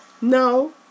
no